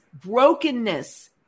brokenness